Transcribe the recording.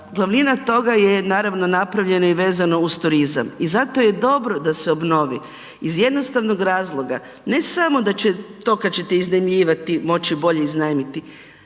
Glavnina toga je naravno napravljena i vezano uz turizam. I zato je dobro da se obnovi iz jednostavno razloga, ne samo da će to kad ćete iznajmljivati moći bolje iznajmiti,